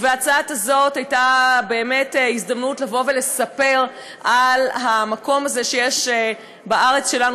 בהצעה הזאת הייתה באמת הזדמנות לבוא ולספר על המקום הזה שיש בארץ שלנו,